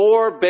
Four